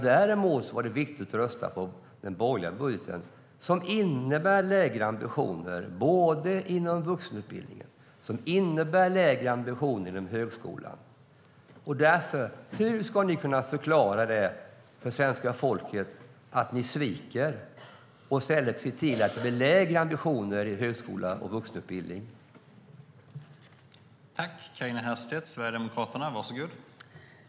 Däremot var det viktigt att rösta på den borgerliga budgeten, som innebär lägre ambitioner inom vuxenutbildningen och högskolan.